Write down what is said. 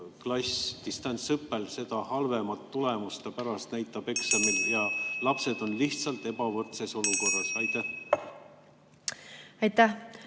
klass distantsõppel, seda halvemat tulemust ta pärast näitab eksamil. Lapsed on lihtsalt ebavõrdses olukorras. Aitäh,